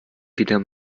wieder